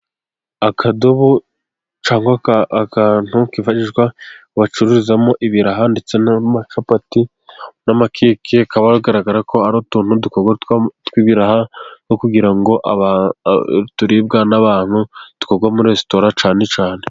Akadobo cyangwa akantu kifashishwa bacuruzamo ibiraha ndetse n'amacapati n'amakeke, kaba kagaragara ko ari utuntu dukorwa tw'ibiraha no kugira ngo aba.. turibwa n'abantu dukorwa muri resitora cyane cyane.